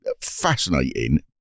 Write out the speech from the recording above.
fascinating